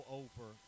over